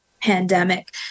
pandemic